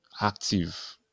active